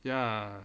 ya